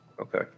Okay